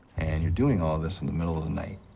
and you're doing all this in the middle of the night,